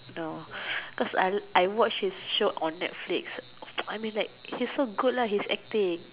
no cause I watch his show on netflix I mean like it's so good lah his acting